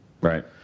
Right